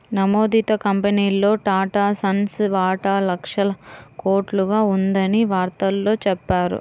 నమోదిత కంపెనీల్లో టాటాసన్స్ వాటా లక్షల కోట్లుగా ఉందని వార్తల్లో చెప్పారు